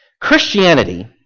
Christianity